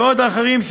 ועוד אחרים,